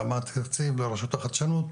גם התקציב ברשות לחדשנות,